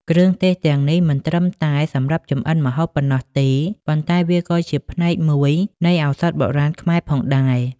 គ្រឿងទេសទាំងនេះមិនត្រឹមតែសម្រាប់ចម្អិនម្ហូបប៉ុណ្ណោះទេ ប៉ុន្តែវាក៏ជាផ្នែកមួយនៃឱសថបុរាណខ្មែរផងដែរ។